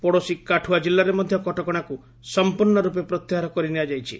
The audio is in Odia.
ପଡ଼ୋଶୀ କାଠୁଆ କିଲ୍ଲାରେ ମଧ୍ୟ କଟକଣାକୁ ସମ୍ପର୍ଣ୍ଣ ରୁପେ ପ୍ରତ୍ୟାହାର କରିନିଆଯାଇଛି